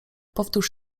powtórz